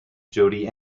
jodi